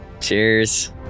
cheers